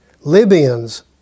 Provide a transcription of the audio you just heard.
Libyans